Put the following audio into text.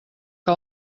que